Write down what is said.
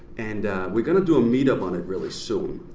and we're gonna do a meetup on it really soon